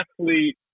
athlete